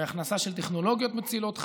בהכנסה של טכנולוגיות מצילות חיים,